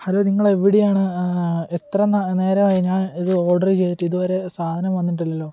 hello നിങ്ങൾ എവിടെയാണ് എത്ര നേരമായി ഞാൻ ഇത് ഓർഡറ് ചെയ്തിട്ട് ഇതുവരെ സാധനം വന്നിട്ടില്ലല്ലോ